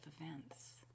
events